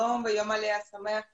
שלום ויום עלייה שמח לכולם.